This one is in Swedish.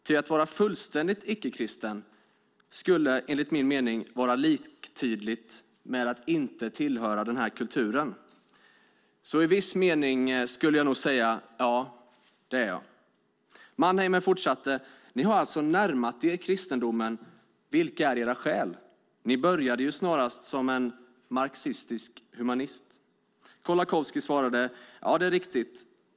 Ty att vara fullständigt icke-kristen skulle, enligt min mening, vara liktydigt med att inte tillhöra den här kulturen. Så i viss mening skulle jag nog säga, ja, det är jag." Mannheimer fortsatte: "Ni har alltså närmat er kristendomen. Vilka är era skäl? Ni började ju snarast som marxistisk humanist." Kolakowski svarade: "Ja, det är riktigt.